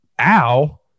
Ow